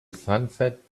sunset